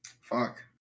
Fuck